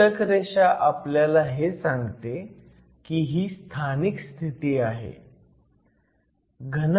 तुटक रेषा आपल्याला हे सांगते की ही स्थानिक स्थिती आहे